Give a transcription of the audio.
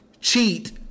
cheat